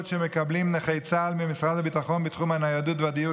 שמקבלים נכי צה"ל ממשרד הביטחון בתחום הניידות והדיור,